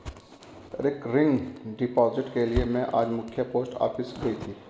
recurring deposit के लिए में आज मख्य पोस्ट ऑफिस गयी थी